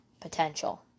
potential